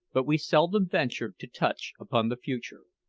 but we seldom ventured to touch upon the future.